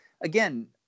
again